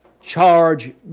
charge